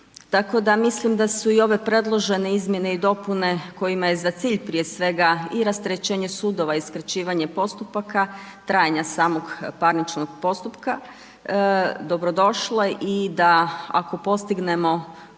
mislim da su i ove predložene izmjene i dopune, kojima je za cilj prije svega i rasterećenje sudova i skraćivanje postupaka, trajanja samog parničkog postupka dobrodošle i da ako postignemo